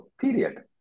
period